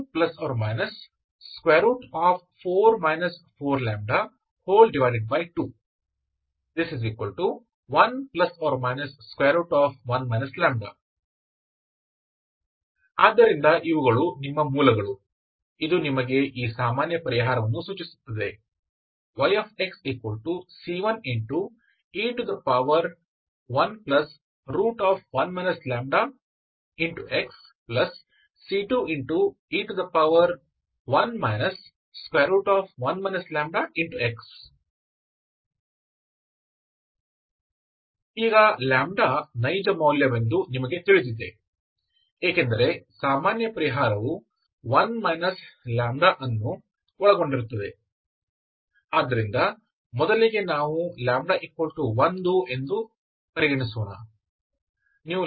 k2±4 4λ21±1 λ ಆದ್ದರಿಂದ ಇವುಗಳು ನಿಮ್ಮ ಮೂಲಗಳು ಇದು ನಿಮಗೆ ಈ ಸಾಮಾನ್ಯ ಪರಿಹಾರವನ್ನು ಸೂಚಿಸುತ್ತದೆ yxc1e11 λxc2e1 1 λx ಈಗ λ ನೈಜ ಮೌಲ್ಯವೆಂದು ನಿಮಗೆ ತಿಳಿದಿದೆ ಏಕೆಂದರೆ ಸಾಮಾನ್ಯ ಪರಿಹಾರವು 1 λ ಅನ್ನು ಒಳಗೊಂಡಿರುತ್ತದೆ ಆದ್ದರಿಂದ ಮೊದಲಿಗೆ ನಾವು λ1 ಅನ್ನು ಪರಿಗಣಿಸೋಣ